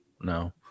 No